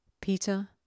Peter